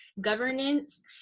governance